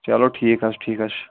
چلو ٹھیٖک حظ چھُ ٹھیٖک حظ چھُ